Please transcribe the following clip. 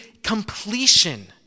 completion